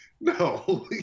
No